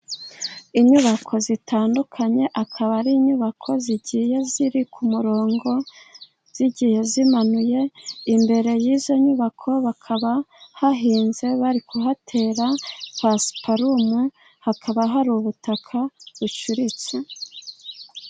Inyubako zitandukanye, akaba ari inyubako zigiye ziri ku murongo, zigiye zimanuye. Imbere y'izo nyubako hakaba hahinze ,bari kuhatera pasiparume. Hakaba hari ubutaka bucuritse.